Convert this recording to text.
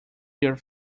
your